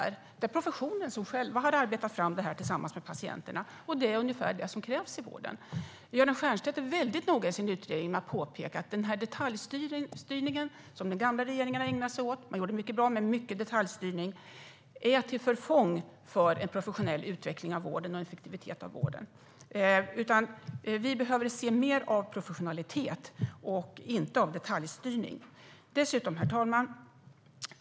Det är professionen som själv har arbetat fram detta tillsammans med patienterna. Det är ungefär det som krävs i vården. Göran Stiernstedt är mycket noga med att i sin utredning påpeka att den detaljstyrning som den gamla regeringen ägnade sig åt - man gjorde mycket bra, men det var mycket detaljstyrning - är till förfång för en professionell utveckling och en effektivisering av vården. Vi behöver därför se mer av professionalitet och inte av detaljstyrning. Herr talman!